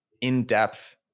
in-depth